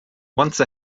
once